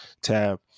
tab